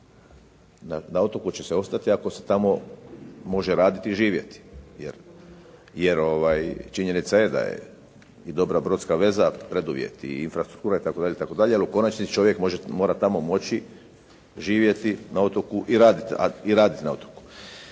na otoku će se ostati ako se tamo može raditi i živjeti. Jer činjenica je da je i dobra brodska veza preduvjet i infrastruktura itd. itd. Ali u konačnici čovjek mora tamo moći živjeti na otoku i raditi na otoku.